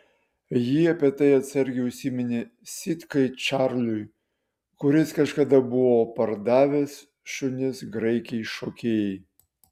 ji apie tai atsargiai užsiminė sitkai čarliui kuris kažkada buvo pardavęs šunis graikei šokėjai